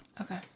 Okay